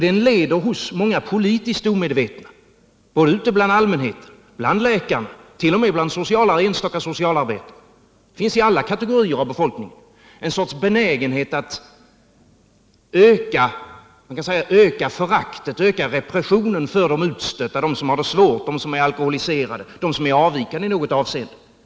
Detta leder hos många politiskt omedvetna, både ute bland allmänheten, bland läkare och t.o.m. bland enstaka socialarbetare — det förekommer i alla kategorier av befolkningen —till en sorts benägenhet att öka föraktet för och repressionen av de utstötta, dem som har det svårt, de alkoholiserade och dem som är avvikande i något avseende.